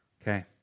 Okay